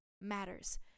matters